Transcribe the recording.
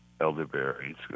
elderberry